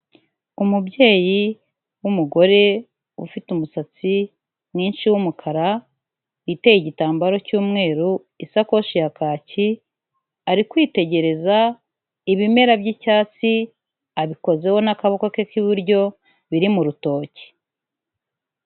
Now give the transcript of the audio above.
Umubyeyi w'umugore ufite umusatsi mwinshi w'umukara witeye igitambaro cy'umweru, isakoshi ya kaki ari kwitegereza ibimera by'icyatsi abikozeho n'akaboko ke k'iburyo biri mu rutoki.